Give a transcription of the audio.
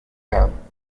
gaan